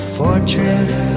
fortress